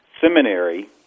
seminary